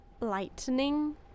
Lightning